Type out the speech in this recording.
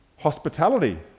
hospitality